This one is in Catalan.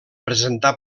presentar